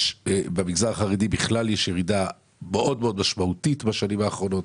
במגזר החרדי בכלל יש ירידה מאוד מאוד משמעותית בשנים האחרונות,